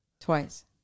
Twice